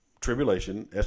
tribulation